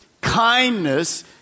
kindness